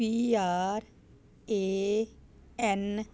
PRAN